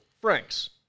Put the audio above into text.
Franks